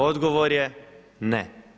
Odgovor je ne.